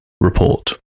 report